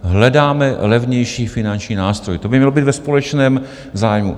Hledáme levnější finanční nástroj, to by mělo být ve společném zájmu.